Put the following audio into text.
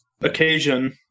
occasion